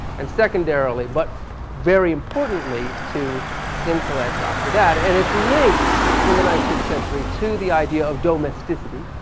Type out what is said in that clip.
and secondarily, but very importantly, to intellect after that and it's linked in the nineteenth century to the idea of domesticity.